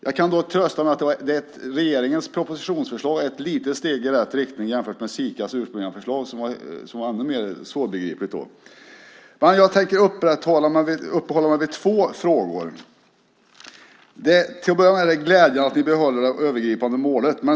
Jag kan dock trösta med att regeringens proposition är ett litet steg i rätt riktning jämfört med Sikas ursprungliga förslag som var ännu mer svårbegripligt. Jag tänker uppehålla mig vid två frågor. Till att börja med är det glädjande att vi behåller det övergripande målet.